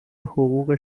حقوق